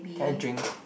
can I drink